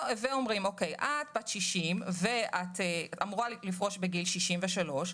אומרים: את בת 60 ואת אמורה לפרוש בגיל 63,